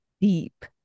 deep